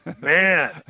Man